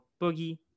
Boogie